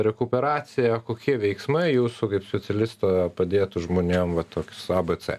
rekuperaciją kokie veiksmai jūsų kaip specialisto padėtų žmonėm va toks abc